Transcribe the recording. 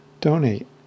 Donate